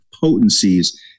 potencies